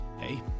Hey